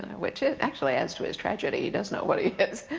which actually adds to his tragedy, he does know what he is,